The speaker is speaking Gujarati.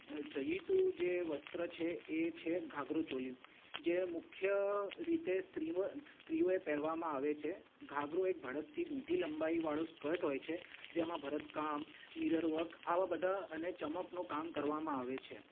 ચહીતું જે વસ્ત્ર છે એ છે ઘાઘરો ચોલી જે મુખ્ય રીતે સ્ત્રીઓએ પહેરવામાં આવે છે ઘાઘરો એક ભડકતી મોટી લંબાઈવાળો સ્કર્ટ હોય છે જેમાં ભરતકામ મીરરવર્ક આવા બધા અને ચમકનો કામ કરવામાં આવે છે